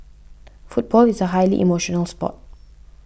football is a highly emotional sport